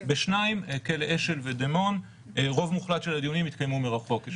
בשניים כלא אשל ודמון רוב מוחלט של הדיונים התקיימו מרחוק.